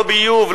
לא ביוב,